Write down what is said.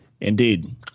Indeed